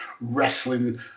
wrestling